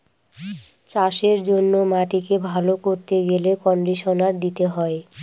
চাষের জন্য মাটিকে ভালো করতে গেলে কন্ডিশনার দিতে হয়